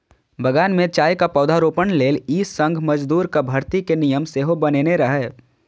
बगान मे चायक पौधारोपण लेल ई संघ मजदूरक भर्ती के नियम सेहो बनेने रहै